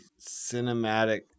Cinematic